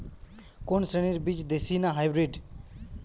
কোন শ্রেণীর বীজ দেশী না হাইব্রিড?